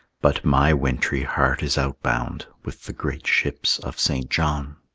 but my wintry heart is outbound with the great ships of st. john.